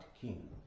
King